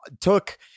took